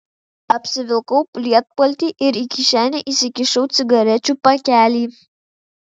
apsivilkau lietpaltį ir į kišenę įsikišau cigarečių pakelį